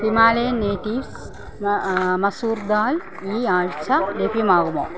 Himalayan natives മ മസൂർ ദാൽ ഈ ആഴ്ച ലഭ്യമാകുമോ